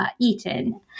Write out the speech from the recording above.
eaten